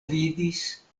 vidis